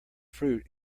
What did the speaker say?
fruit